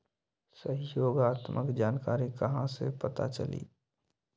सहयोगात्मक जानकारी कहा से पता चली?